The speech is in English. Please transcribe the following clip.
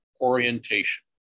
orientation